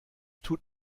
tut